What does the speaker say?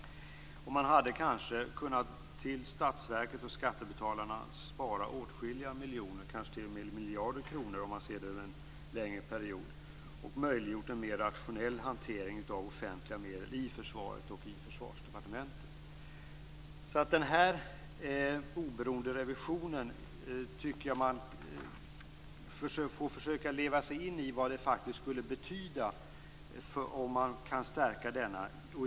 Man hade kanske kunnat spara åtskilliga miljoner, kanske t.o.m. miljarder, kronor till Statsverket och skattebetalarna om man ser det över en längre period och möjliggjort en mer rationell hantering av offentliga medel i försvaret och i Försvarsdepartementet. Jag tycker att man får försöka leva sig in i vad den oberoende revisionen faktiskt skulle betyda om man kan stärka denna.